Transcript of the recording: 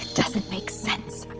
doesn't make sense.